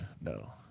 no